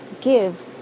give